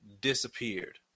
disappeared